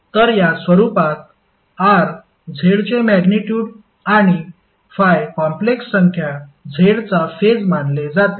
तर या स्वरुपात r z चे मॅग्निट्युड आणि ∅ कॉम्प्लेक्स संख्या z चा फेज मानले जाते